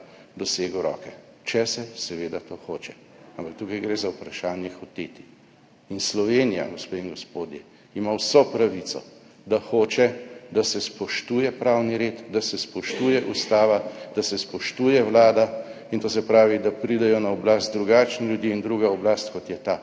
dosegu roke, če se seveda to hoče, ampak tukaj gre za vprašanje hoteti. Slovenija, gospe in gospodje, ima vso pravico, da hoče, da se spoštuje pravni red, da se spoštuje Ustavo, da se spoštuje Vlado, to se pravi, da pridejo na oblast drugačni ljudje in druga oblast, kot je ta,